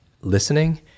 listening